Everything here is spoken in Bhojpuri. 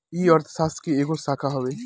ई अर्थशास्त्र के एगो शाखा हवे